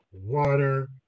water